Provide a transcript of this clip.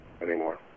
anymore